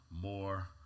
more